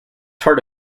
part